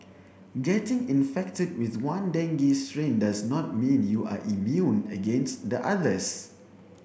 getting infected with one dengue strain does not mean you are immune against the others